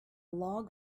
log